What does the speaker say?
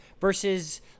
Versus